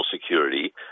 security